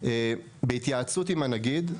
בהתייעצות עם הנגיד,